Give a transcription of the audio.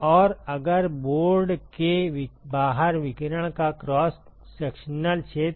और अगर बोर्ड के बाहर विकिरण का क्रॉस सेक्शनल क्षेत्र